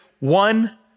One